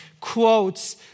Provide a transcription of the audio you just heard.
quotes